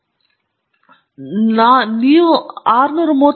ಆದ್ದರಿಂದ ನಾನು ವಾಸ್ತವವಾಗಿ ಸಂರಕ್ಷಿಸುತ್ತೇನೆ ನಾನು ಮುಖ್ಯ ಕಾರ್ಯದರ್ಶಿಗೆ ತಿಳಿಸಿದೆ